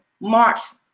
marks